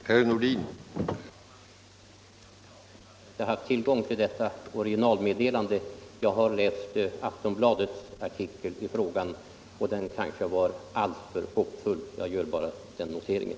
Herr talman! Jag har inte haft tillgång till det pressmeddelande som statsrådet här talar om, utan jag har bara läst Aftonbladets artikel i frågan, och den var kanske alltför hoppfull. Jag gör bara den noteringen.